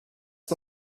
the